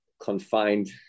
confined